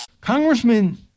Congressman